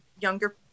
younger